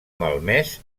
malmès